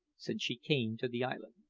since she came to the island.